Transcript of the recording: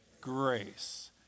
Grace